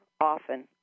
often